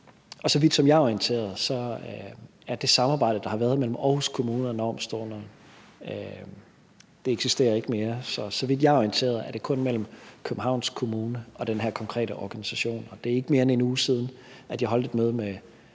Så vidt jeg er orienteret, eksisterer det samarbejde, der har været mellem Aarhus Kommune og Normstormerne, ikke mere. Så så vidt jeg er orienteret, er det kun mellem Københavns Kommune og den her konkrete organisation. Og det er ikke mere end en uge siden, jeg holdt et møde med